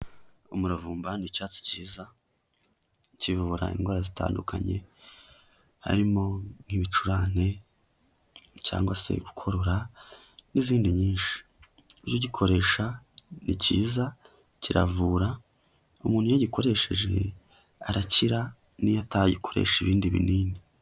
Umuravumba ni icyatsi kiza kivura indwara zitandukanye harimo nk'ibicurane cyangwa se gukururora n'izindi nyinshi. Ujye ugikoresha ni kiza kiravura, umuntu iyo agikoresheje arakira n'iyo atakoresha ibindi binini.